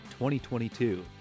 2022